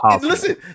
Listen